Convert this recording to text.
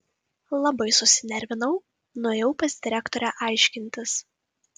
labai susinervinau nuėjau pas direktorę aiškintis